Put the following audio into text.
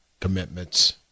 commitments